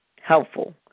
helpful